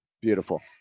Beautiful